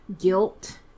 guilt